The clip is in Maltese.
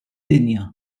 dinja